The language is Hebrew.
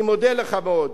אני מודה לך מאוד,